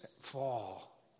fall